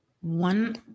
one